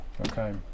Okay